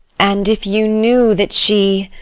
and if you knew that she,